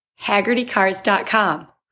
haggertycars.com